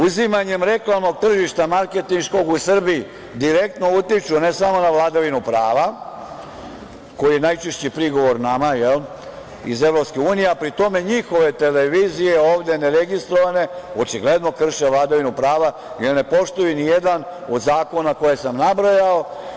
Uzimanjem reklamnog tržišta marketinškog u Srbiji direktno utiču ne samo na vladavinu prava, koji je najčešći prigovor nama, jel, iz Evropske unije, a pri tome njihove televizije ovde neregistrovane očigledno krše vladavinu prava jer ne poštuju nijedan od zakona koje sam nabrojao.